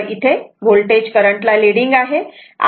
इथे होल्टेज करंटला लीडिंग आहेआणि हा अँगल ϕ आहे